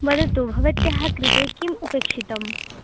वदतु भवत्याः कृते किम् अपेक्षितं